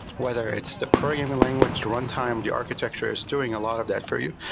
whether it's the programming language, run time, the architecture is doing a lot of that for you.